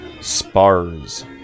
spars